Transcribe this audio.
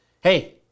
hey